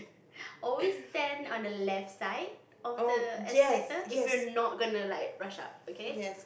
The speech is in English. always stand on the left side of the escalator if you're not gona like rush up okay